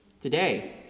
today